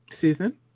Susan